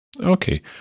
Okay